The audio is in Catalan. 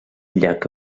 llac